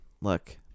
look